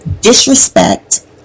disrespect